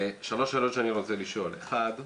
שלוש שאלות שאני רוצה לשאול: אחת,